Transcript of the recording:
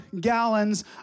gallons